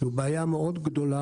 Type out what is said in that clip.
זו בעיה מאוד גדולה,